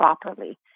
properly